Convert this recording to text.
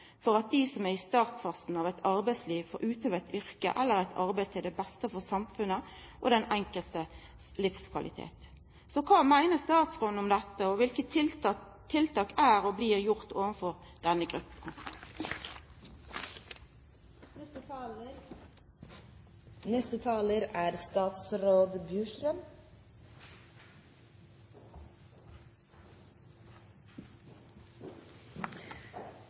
for at dei som er i startfasen av arbeidslivet, får utøva eit yrke eller eit arbeid til beste for samfunnet og den einskildes livskvalitet. Kva meiner statsråden om dette? Og kva tiltak er og blir gjorde for denne gruppa?